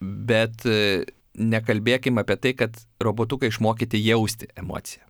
bet nekalbėkim apie tai kad robotuką išmokyti jausti emociją